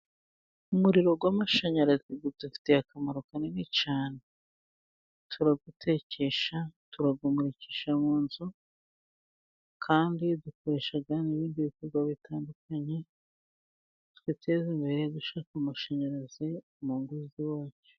Umuriro w'amashanyarazi udufitiye akamaro kanini cyane, turawutekesha, turawumurikisha mu nzu, kandi dukoresha n'ibindi bikorwa bitandukanye twiteza imbere. Dushaka amashanyarazi mu ngo z'iwacu.